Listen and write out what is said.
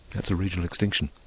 that's a regional extinction.